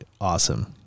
awesome